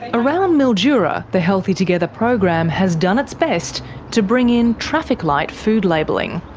around mildura, the healthy together program has done its best to bring in traffic light food labelling.